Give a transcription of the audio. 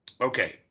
Okay